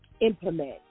implement